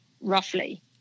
roughly